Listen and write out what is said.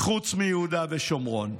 חוץ מיהודה ושומרון.